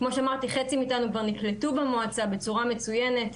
חצי מאיתנו כבר נקלטו במועצה בצורה מצוינת,